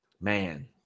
man